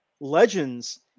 Legends